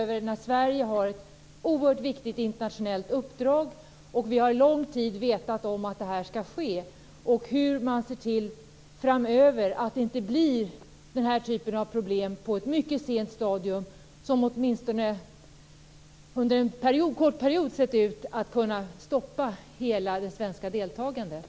Sverige har ett oerhört viktigt internationellt uppdrag. Vi har lång tid vetat om att det här skall ske. Hur kan man framöver se till att det inte blir den här typen av problem på ett mycket sent stadium? Under en kort period har det sett ut som om detta skulle kunna stoppa hela det svenska deltagandet.